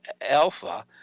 Alpha